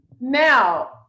Now